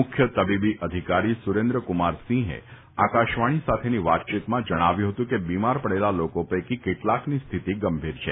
મુખ્ય તબીબી અધિકારી સુરેન્દ્રકુમાર સિંહે આકાશવાણી સાથેની વાતચીતમાં જણાવ્યું હતું કે બીમાર પડેલા લોકો પૈકી કેટલાકની સ્થિતિ ગંભીર છે